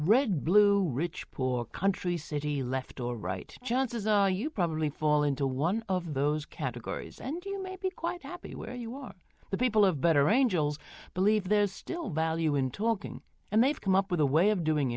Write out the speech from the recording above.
red blue rich poor country city left or right chances are you probably fall into one of those categories and you may be quite happy where you are the people have better angels believe there's still value and they've come up with a way of doing